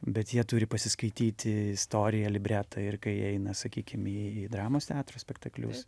bet jie turi pasiskaityti istoriją libretą ir kai eina sakykim į į dramos teatro spektaklius